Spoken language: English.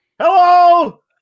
Hello